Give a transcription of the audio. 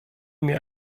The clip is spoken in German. mir